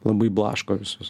labai blaško visus